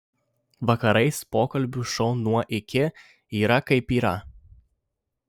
vakarais pokalbių šou nuo iki yra kaip yra